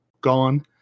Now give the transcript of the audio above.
gone